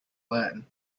learn